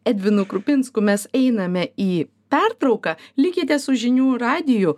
edvinu krupinsku mes einame į pertrauką likite su žinių radiju